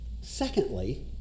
Secondly